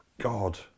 God